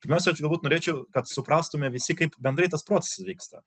pirmiausia aš galbūt norėčiau kad suprastume visi kaip bendrai tas procesas vyksta